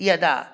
यदा